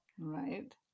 Right